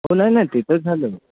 ते झालं